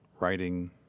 writing